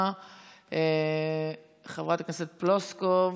חברת הכנסת פלוסקוב,